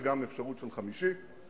וגם אפשרות של חמישי,